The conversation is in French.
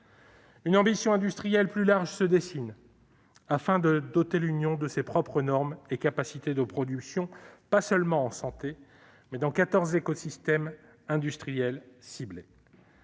Une ambition industrielle plus large se dessine, afin de doter l'Union de ses propres normes et capacités de production, non seulement en santé, mais aussi dans quatorze écosystèmes industriels ciblés.